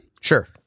Sure